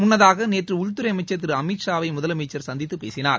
முன்னதாக நேற்று உள்துறை அமைச்சர் திரு அமித் ஷா வை முதலமைச்சர் சந்தித்து பேசினார்